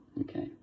Okay